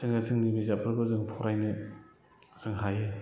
जोङो जोंनि बिजाबफोरखौ जों फरायनो जों हायो